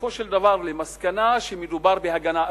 בסופו של דבר למסקנה שמדובר בהגנה עצמית.